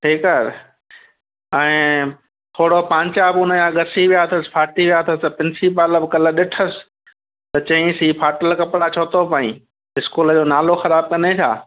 ठीकु आहे ऐं थोरा पांचा बि उनजा घिसी विया अथसि फ़ाटी विया अथसि प्रिन्सीपल बि कल्ह ॾिठसि त चयईंसि ही फ़ाटल कपिड़ा छो थो पाईं स्कूल जो नालो ख़राबु कंदे छा